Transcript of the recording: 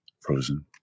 frozen